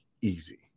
easy